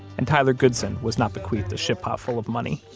and tyler goodson was not bequeathed a shitpot full of money.